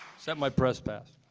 except my press pass.